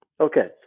Okay